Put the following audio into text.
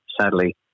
sadly